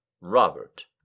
Robert